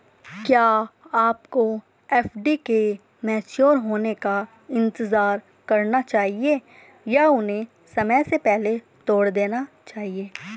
क्या आपको एफ.डी के मैच्योर होने का इंतज़ार करना चाहिए या उन्हें समय से पहले तोड़ देना चाहिए?